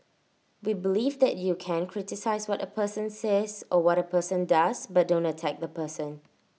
we believe that you can criticise what A person says or what A person does but don't attack the person